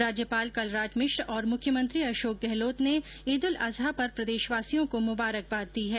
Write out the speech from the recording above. राज्यपाल कलराज मिश्र और मुख्यमंत्री अशोक गहलोत ने ईद उल अजहा पर प्रदेशवासियों को मुबारकबाद दी है